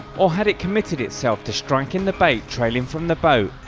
or had it committed itself to striking the bait trailing from the boat,